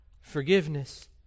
forgiveness